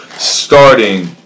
starting